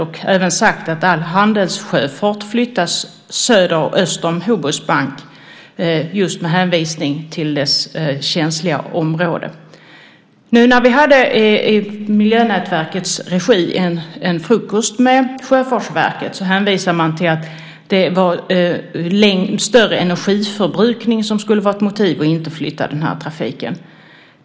Vi har även sagt att all handelssjöfart bör flyttas söder och öster och Hoburgs bank just med hänvisning till det känsliga området. Vi hade i Miljönätverkets regi en frukost med Sjöfartsverket. Där hänvisar man till att större energiförbrukning skulle ha varit motiv till att inte flytta trafiken.